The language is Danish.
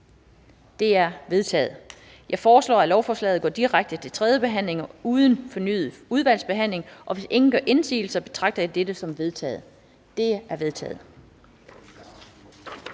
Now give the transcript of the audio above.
De er vedtaget. Jeg foreslår, at lovforslaget går direkte til tredje behandling uden fornyet udvalgsbehandling. Hvis ingen gør indsigelse, betragter jeg dette som vedtaget. Det er vedtaget.